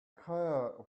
care